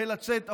ולצאת החוצה.